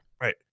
right